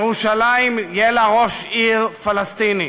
ירושלים, יהיה לה ראש עיר פלסטיני.